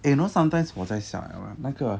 eh you know sometimes 我在想那个